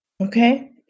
Okay